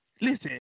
Listen